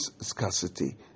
scarcity